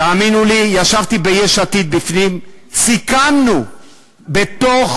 תאמינו לי שישבתי ביש עתיד בפנים, וסיכמנו בתוך